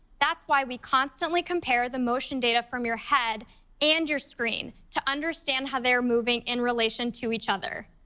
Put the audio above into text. that's why we constantly compare the motion data from your head and your screen to understand how they are moving in relation to each other.